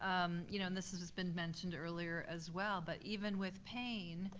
um you know and this has has been mentioned earlier as well, but even with pain,